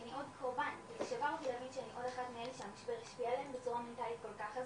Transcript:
שאני עוד אחת מאלה שהמשבר השפיע עליהם בצורה מנטלית חזקה כל כך.